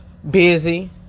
busy